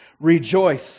rejoice